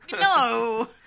No